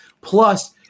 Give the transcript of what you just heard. Plus